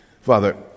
Father